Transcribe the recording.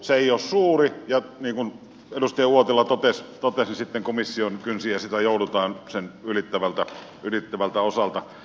se ei ole suuri ja niin kuin edustaja uotila totesi sitten komission kynsiinhän sitä joudutaan siltä ylittävältä osalta